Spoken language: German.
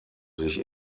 sich